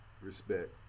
respect